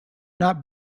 not